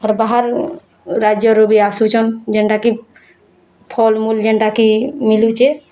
ତା'ର୍ ବାହାର୍ ରାଜ୍ୟରୁ ବି ଆସୁଛନ୍ ଯେନ୍ଟା କି ଫଲ୍ ମୂଲ୍ ଯେନ୍ଟା କି ମିଲୁଛେ